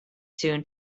tune